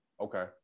Okay